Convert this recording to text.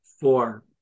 four